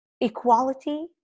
equality